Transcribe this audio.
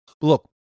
Look